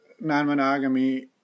non-monogamy